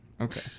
Okay